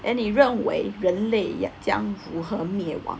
then 你认为人类这么样如何灭亡